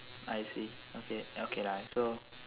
I see okay okay I so